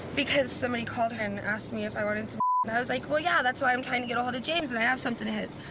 because somebody called her and asked me if i wanted some and i was like, well, yeah. that's why i'm trying to get a hold of james. and i have something of his.